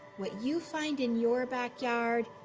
what you find in your backyard,